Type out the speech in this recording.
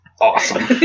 Awesome